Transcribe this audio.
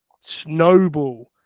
snowball